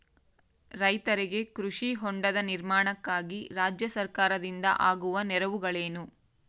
ರೈತರಿಗೆ ಕೃಷಿ ಹೊಂಡದ ನಿರ್ಮಾಣಕ್ಕಾಗಿ ರಾಜ್ಯ ಸರ್ಕಾರದಿಂದ ಆಗುವ ನೆರವುಗಳೇನು?